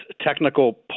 technical